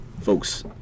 folks